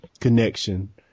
connection